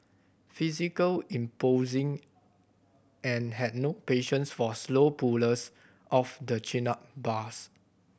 physical imposing and had no patience for slow pullers of the chin up bars